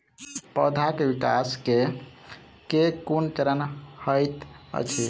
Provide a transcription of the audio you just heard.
पौधाक विकास केँ केँ कुन चरण हएत अछि?